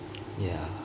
ya